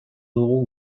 dugu